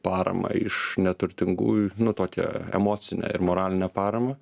paramą iš neturtingųjų nu tokią emocinę ir moralinę paramą